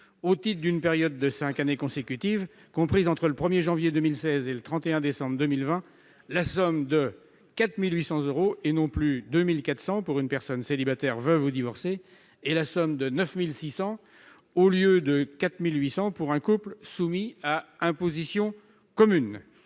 au titre d'une période de cinq années consécutives comprises entre le 1 janvier 2016 et le 31 décembre 2020, la somme de 4 800 euros, au lieu de 2 400 euros, pour une personne célibataire, veuve ou divorcée, et la somme de 9 600 euros, au lieu de 4 800 euros, pour un couple soumis à imposition commune.